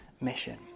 mission